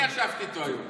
גם אני ישבתי איתו היום.